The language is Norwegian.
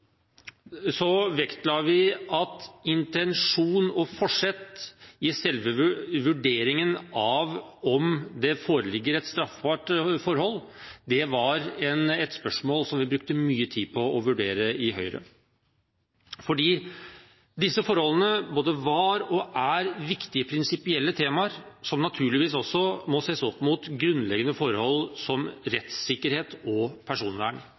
vektla vi intensjon og forsett i selve vurderingen av om det foreligger et straffbart forhold. Dette var et spørsmål vi i Høyre brukte mye tid på å vurdere, fordi disse forholdene både var og er viktige prinsipielle temaer som naturligvis også må ses opp mot grunnleggende forhold som rettssikkerhet og personvern